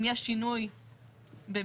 שינוי אחד